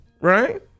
right